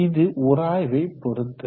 இது உராய்வை பொறுத்தது